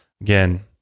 again